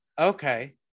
Okay